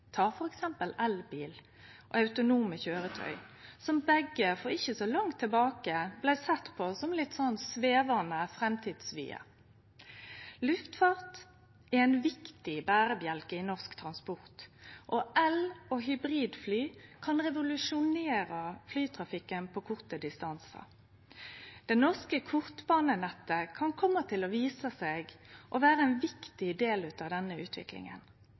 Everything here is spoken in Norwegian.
Ta f.eks. elbilar og autonome køyretøy, som begge for ikkje så lenge sidan blei sett på som svevande framtidsvyar. Luftfart er ein viktig berebjelke i norsk transport, og el- og hybridfly kan revolusjonere flytrafikken på korte distansar. Det norske kortbanenettet kan kome til å vise seg å vere ein viktig del av denne utviklinga,